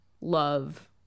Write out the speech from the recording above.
love